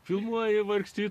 filmuoji vargsti